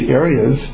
areas